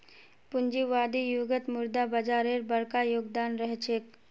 पूंजीवादी युगत मुद्रा बाजारेर बरका योगदान रह छेक